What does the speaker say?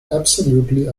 absolutely